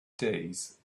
days